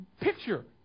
picture